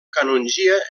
canongia